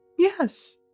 Yes